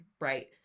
Right